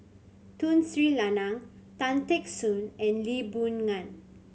Tun Sri Lanang Tan Teck Soon and Lee Boon Ngan